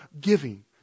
giving